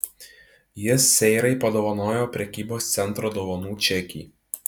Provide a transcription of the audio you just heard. jis seirai padovanojo prekybos centro dovanų čekį